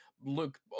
look